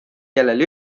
kellel